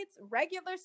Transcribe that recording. regular